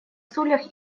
стульях